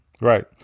Right